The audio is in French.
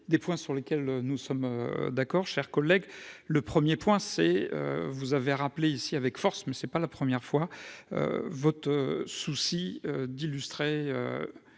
des points sur lesquels nous sommes d'accord, chers collègues, le 1er point c'est vous avez rappelé ici avec force, mais c'est pas la première fois, votre souci d'illustrer